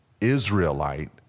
Israelite